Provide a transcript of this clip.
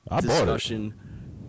discussion